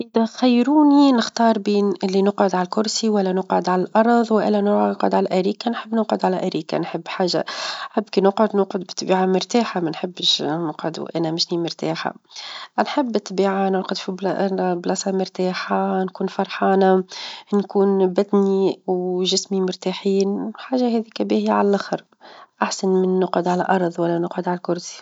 إذا خيروني نختار بين اللي نقعد على الكرسي، ولا نقعد على الأرظ، ولا نقعد على الأريكة، نحب نقعد على أريكة، -نحب حاجة- نحب كي نقعد نقعد بالطبيعة مرتاحة، ما نحبش نقعد وأنا ماشنى مرتاحة نحب بالطبيعة نقعد في -بلا- بلاصة مرتاحة، نكون فرحانة، نكون بطني، وجسمي مرتاحين، وحاجه هذيك باهية على اللخر أحسن من نقعد على الأرظ، ولا نقعد على الكرسي.